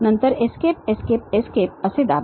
नंतर Escape Escape Escape असे दाबा